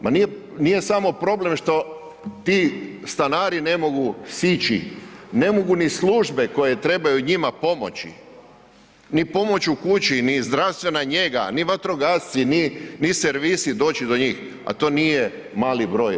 Ma nije samo problem što ti stanari ne mogu sići, ne mogu ni službe koje trebaju njima pomoći, ni pomoć u kući, ni zdravstvena njega, ni vatrogasci, ni servisi doći do njih, a to nije mali broj.